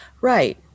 Right